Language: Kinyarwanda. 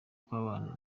kw’abana